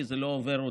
כי זה לא עובר אותי,